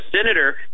senator